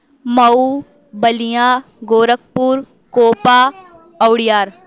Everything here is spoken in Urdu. مئو بلیا گورکھپور کوپا اوڑیہار